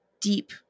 deep